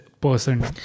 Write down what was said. person